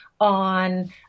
on